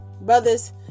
brothers